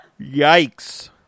Yikes